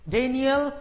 Daniel